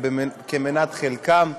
מנת חלקן.